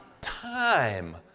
Time